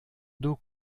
d’eau